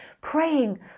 praying